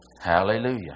Hallelujah